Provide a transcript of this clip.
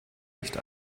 nicht